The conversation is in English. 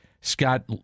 Scott